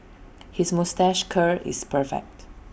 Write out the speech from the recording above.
his moustache curl is perfect